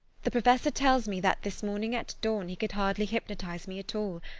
the professor tells me that this morning at dawn he could hardly hypnotise me at all,